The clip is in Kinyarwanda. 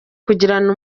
kugirana